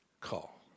call